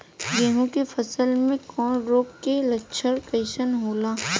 गेहूं के फसल में कवक रोग के लक्षण कइसन होला?